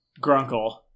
Grunkle